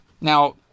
Now